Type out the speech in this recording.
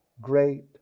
great